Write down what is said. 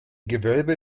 gewölbe